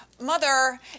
Mother